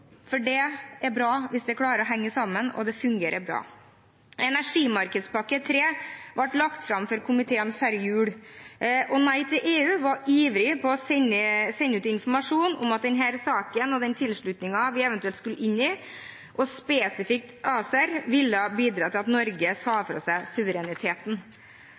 arbeidslivspolitikk. Det er bra hvis det henger sammen og fungerer bra. Tredje energimarkedspakke ble lagt fram for komiteen før jul. Nei til EU var ivrig på å sende ut informasjon om at denne saken, og den tilslutningen vi eventuelt skulle gi, og spesifikt ACER, ville bidra til at Norge sa fra seg suvereniteten.